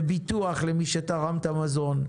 וביטוח למי שתרם את המזון,